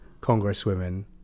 Congresswomen